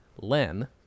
Len